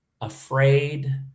afraid